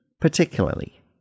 particularly